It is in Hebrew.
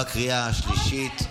בקריאה השלישית.